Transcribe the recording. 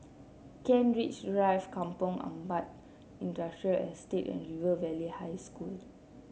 Kent Ridge Drive Kampong Ampat Industrial Estate and River Valley High School